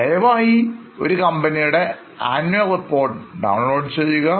ദയവായി ഒരു കമ്പനിയുടെ ആനുവൽ റിപ്പോർട്ട് ഡൌൺലോഡ് ചെയ്യുക